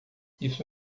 isso